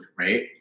right